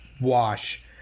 wash